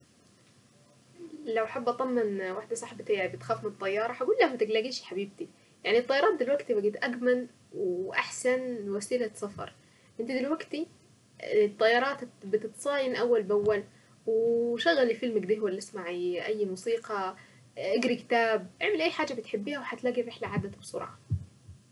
لو حابة اطمن واحدة صاحبتي وبتخاف من الطيارة هقولها متقلقيش يا حبيبتي يعني الطيارات دلوقتي بقيت اامن واحسن وسيلة سفر. انتي دلوقتي الطيارات بتتصاين اول باول شغلي فيلم كده ولا اسمعي اي موسيقى أو أقري كتاب اعملي اي حاجة بتحبيها الرحلة عدت بسرعة.